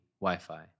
Wi-Fi